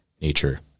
nature